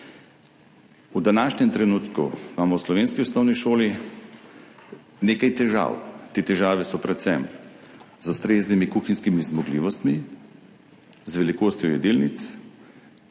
V današnjem trenutku imamo v slovenski osnovni šoli nekaj težav. Te težave so predvsem z ustreznimi kuhinjskimi zmogljivostmi, z velikostjo jedilnic,